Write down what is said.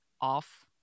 off